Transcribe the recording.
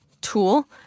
tool